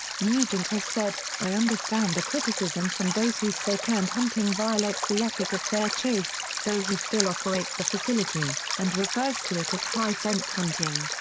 nugent has said, i understand the criticism from those who say canned hunting violates the ethic of fair chase, though he still operates the facility, and refers to it as high fence hunting.